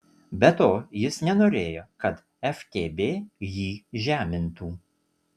be to jis nenorėjo kad ftb jį žemintų